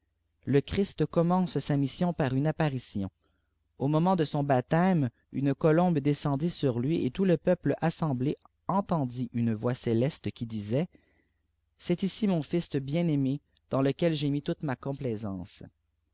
le christ commencé èattiiêèlon par une apparition au moment de son baptême une colombe descendit sur lui et tout le peuple sàêebiàé étendit une voix céleste qui disait c'jèst ici mon fils bién ahkië da lequel j'ai mis toute ma complaisance